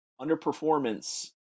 underperformance